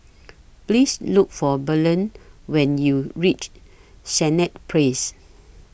Please Look For Belen when YOU REACH Senett Place